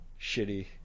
shitty